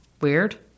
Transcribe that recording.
Weird